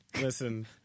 listen